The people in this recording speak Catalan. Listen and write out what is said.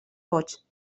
vots